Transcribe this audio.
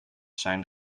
zijn